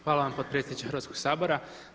Hvala vam potpredsjedniče Hrvatskoga sabora.